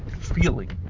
feeling